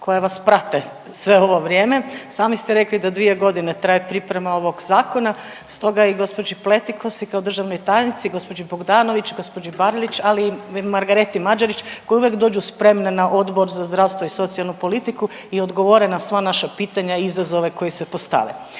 koje vas prate sve ovo vrijeme. Sami ste rekli da dvije godine traje priprema ovog zakona stoga je i gospođi Pletikosi kao državnoj tajnici i gospođi Bogdanović i gospođi Barlić, ali i Margareti Mađerić koje uvijek dođu spremne na Odbor za zdravstvo i socijalnu politiku i odgovore na sva naša pitanja i izazove koji se postave.